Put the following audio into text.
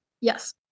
Yes